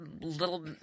little